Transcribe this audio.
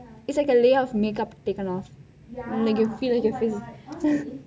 it's like a layer of makeup taken off and make you feel you ~